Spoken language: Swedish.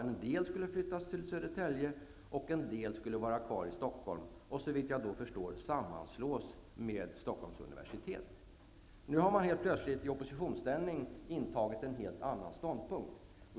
En del skulle flyttas till Södertälje och en del skulle vara kvar i Stockholm och såvitt jag förstått sammanslås med Stockholms universitet. Nu har man helt plötsligt i oppositionsställning intagit en helt annan ståndpunkt.